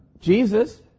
Jesus